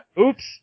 Oops